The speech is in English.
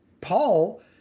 Paul